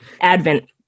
Advent